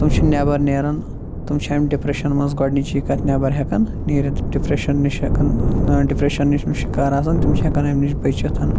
تِم چھِ نٮ۪بر نیران تِم چھِ امہِ ڈِپریشنہٕ منٛز گۄڈٕنِچی کَتھ نٮ۪بر ہیٚکان نیرتھ ڈپریشن نِش ہیٚکان ڈِپریشن نش یِم شِکار آسان تِم چھِ ہیٚکان امہِ نِش بٔچِتھ